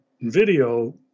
video